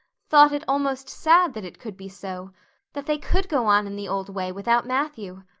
thought it almost sad that it could be so that they could go on in the old way without matthew.